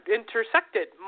intersected